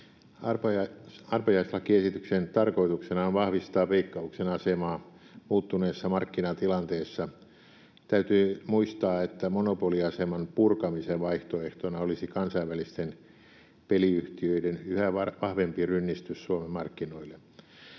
Arpajaislakiesityksen tarkoituksena on vahvistaa Veikkauksen asemaa muuttuneessa markkinatilanteessa. Täytyy muistaa, että monopoliaseman purkamisen vaihtoehtona olisi kansainvälisten peliyhtiöiden yhä vahvempi rynnistys Suomen markkinoille.